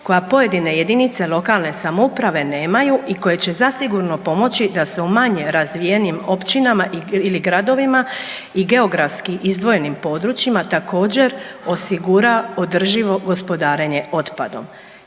koja pojedine jedinice lokalne samouprave nemaju i koje će zasigurno pomoći da se u manje razvijenim općinama ili gradovima i geografski izdvojenim područjima također osigura održivo gospodarenje otpadom.